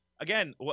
Again